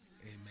Amen